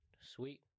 Sweet